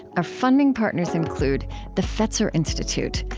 our funding partners include the fetzer institute,